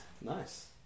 Nice